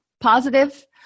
positive